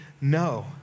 no